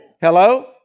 Hello